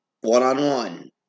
one-on-one